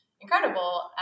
incredible